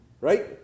Right